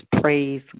praise